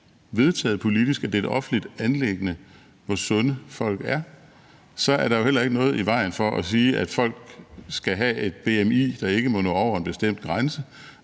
vedtaget politisk, at det er et offentligt anliggende, hvor sunde folk er, er der jo heller ikke noget i vejen for at sige, at folk skal have et bmi, der ikke må nå over en bestemt grænse,